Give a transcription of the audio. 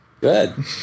Good